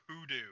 hoodoo